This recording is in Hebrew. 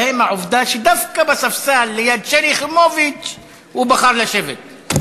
והאם העובדה שדווקא בספסל ליד שלי יחימוביץ הוא בחר לשבת?